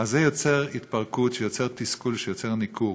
זה יוצר התפרקות, שיוצרת תסכול, שיוצר ניכור.